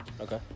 Okay